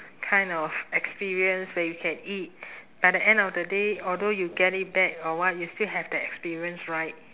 kind of experience where we can eat by the end of the day although you get it back or what you still have the experience right